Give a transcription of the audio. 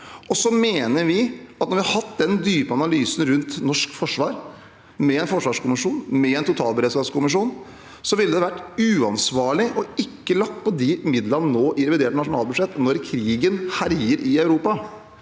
Vi mener at når vi har hatt den dype analysen rundt norsk forsvar, med en forsvarskommisjon og en totalberedskapskommisjon, ville det vært uansvarlig ikke å legge på de midlene nå i revidert nasjonalbudsjett, når krigen herjer i Europa.